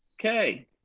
okay